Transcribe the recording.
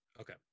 Okay